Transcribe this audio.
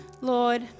Lord